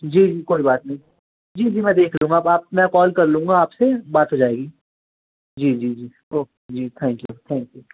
जी जी कोई बात नहीं जी जी मैं देख लूँगा आप आप मैं कॉल कर लूँगा आप से बात हो जाएगी जी जी जी ओक जी थैंक यू थैंक यू